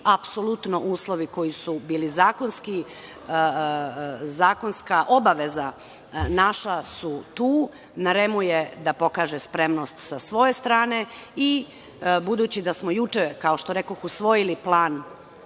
apsolutno uslovi koji su bili zakonski, zakonska obaveza naša, su tu. Na REM je da pokaže spremnost sa svoje strane i, budući da smo kao što rekoh usvojili